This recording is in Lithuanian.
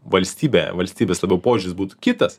valstybė valstybės labiau požiūris būtų kitas